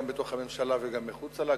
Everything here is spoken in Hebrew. גם בתוך הממשלה וגם מחוץ לה,